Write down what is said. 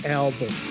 album